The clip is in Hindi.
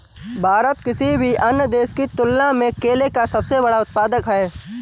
भारत किसी भी अन्य देश की तुलना में केले का सबसे बड़ा उत्पादक है